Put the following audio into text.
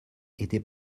était